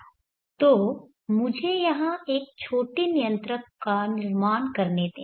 तो मुझे यहां एक छोटे नियंत्रक का निर्माण करने दें